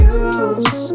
use